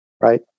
right